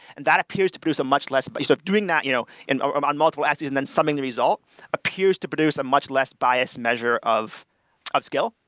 and that appears to produce a much less by but you know doing that you know and um on multiple axes and them summing the result appears to produce a much less bias measure of of skill.